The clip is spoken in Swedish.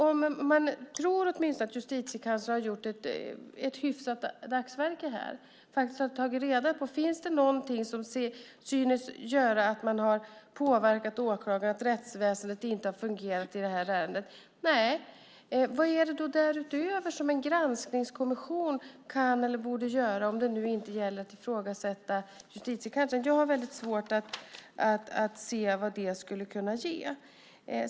Om man tror att Justitiekanslern har gjort ett hyfsat dagsverke här och faktiskt har tagit reda på om det finns något som synes ha påverkat åklagaren, att rättsväsendet inte har fungerat i ärendet, vad är det då därutöver som en granskningskommission borde göra om det nu inte gäller att ifrågasätta Justitiekanslern? Jag har väldigt svårt att se vad det skulle kunna ge.